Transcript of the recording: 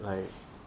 like